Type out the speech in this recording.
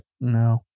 no